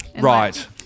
Right